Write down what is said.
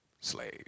slave